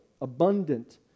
abundant